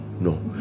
no